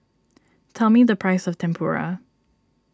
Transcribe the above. tell me the price of Tempura